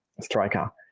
striker